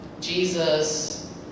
Jesus